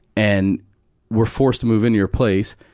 and we're forced to move into your place,